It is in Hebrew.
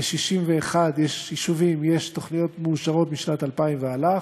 ל-61 יישובים יש תוכניות מאושרות משנת 2000 ואילך.